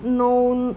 no